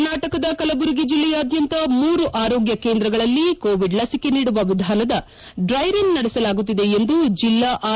ಕರ್ನಾಟಕದ ಕಲಬುರಗಿ ಜಿಲ್ಲೆಯಾದ್ಗಂತ ಮೂರು ಆರೋಗ್ಗ ಕೇಂದ್ರದಲ್ಲಿ ಕೋವಿಡ್ ಲಸಿಕೆ ನೀಡುವ ವಿಧಾನದ ಡ್ರೈ ರನ್ ನಡೆಸಲಾಗುತ್ತಿದೆ ಎಂದು ಜಿಲ್ಲಾ ಆರ್